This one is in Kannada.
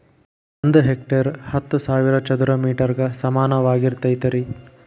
ಒಂದ ಹೆಕ್ಟೇರ್ ಹತ್ತು ಸಾವಿರ ಚದರ ಮೇಟರ್ ಗ ಸಮಾನವಾಗಿರತೈತ್ರಿ